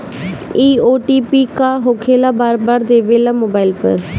इ ओ.टी.पी का होकेला बार बार देवेला मोबाइल पर?